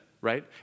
right